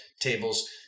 tables